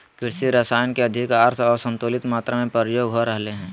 कृषि रसायन के अधिक आर असंतुलित मात्रा में प्रयोग हो रहल हइ